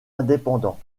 indépendants